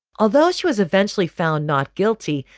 although she was eventually found not guilty.